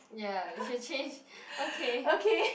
ya should change okay